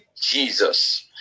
Jesus